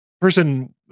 person